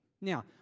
Now